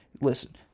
Listen